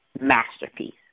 masterpiece